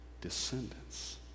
descendants